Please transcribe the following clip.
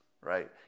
right